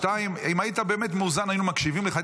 שתיים, אם היית באמת מאוזן, היינו מקשיבים לך.